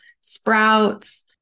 sprouts